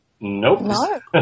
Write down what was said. Nope